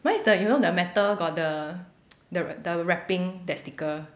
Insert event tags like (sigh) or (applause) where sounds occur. mine is the you know the metal got the the (noise) the wrapping that sticker